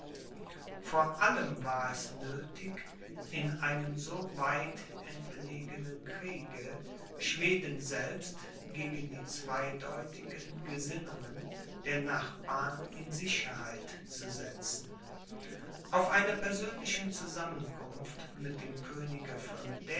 vor allem war es nöthig in einem so weit entlegenen kriege schweden selbst gegen die zweideutigen gesinnungen der nachbarn in sicherheit zu setzen auf einer persönlichen zusammenkunft mit dem könige von